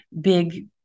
big